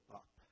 up